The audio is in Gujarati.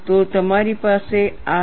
તો તમારી પાસે આ છે